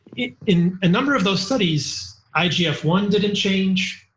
in a number of those studies, i g f one didn't change,